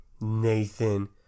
Nathan